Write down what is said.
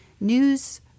news